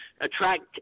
attract